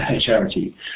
charity